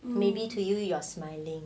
maybe to you you are smiling